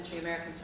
American